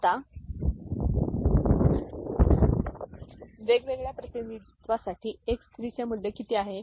आता वेगवेगळ्या प्रतिनिधित्वासाठी एक्स 3 चे मूल्य किती आहे